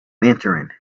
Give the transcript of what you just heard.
entering